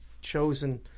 chosen